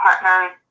partners